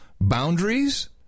boundaries